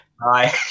Bye